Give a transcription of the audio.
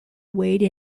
wade